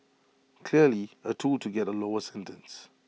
clearly A tool to get A lower sentence